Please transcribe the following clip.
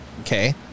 Okay